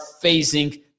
facing